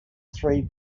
three